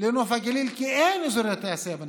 לנוף הגליל, כי אין אזורי תעשייה בנצרת.